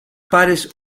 pares